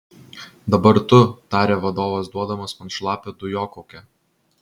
dabar tu tarė vadovas duodamas man šlapią dujokaukę